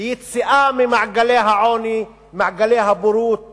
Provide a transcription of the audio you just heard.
ליציאה ממעגלי העוני, ממעגלי הבורות